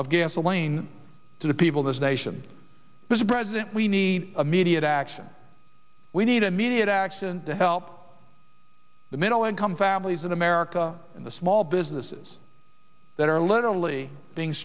of gasoline to the people of this nation mr president we need immediate action we need immediate action to help the middle income families in america in the small businesses that are literally being